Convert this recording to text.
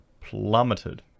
plummeted